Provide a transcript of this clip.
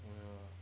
well